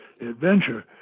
adventure